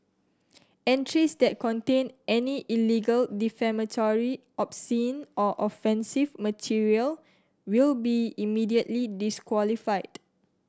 entries that contain any illegal defamatory obscene or offensive material will be immediately disqualified